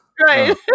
right